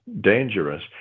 dangerous